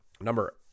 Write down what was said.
number